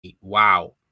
Wow